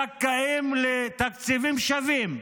זכאים לתקציבים שווים,